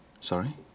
Sorry